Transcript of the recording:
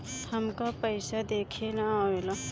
हमका पइसा देखे ना आवेला?